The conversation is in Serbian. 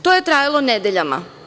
To je trajalo nedeljama.